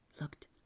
looked